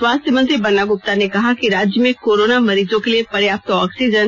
स्वास्थ्य मंत्री बन्ना गुप्ता ने कहा कि राज्य में कोरोना मरीजों के लिए पर्याप्त ऑक्सीजन